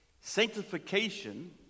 Sanctification